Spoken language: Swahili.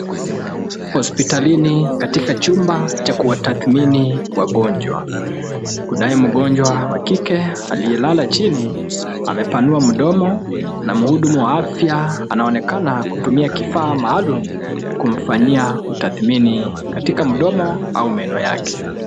Hospitalini katika chumba cha kuwatathmini wagonjwa. Kunaye mgonjwa wa kike aliyelala chini. Amepanua mdomo, na muhudumu wa afya anaonekana kutumia kifaa maalum kumfanyia utathimini katika mdomo au meno yake.